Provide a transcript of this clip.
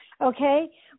Okay